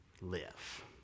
live